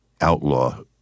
outlaw